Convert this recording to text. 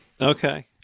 Okay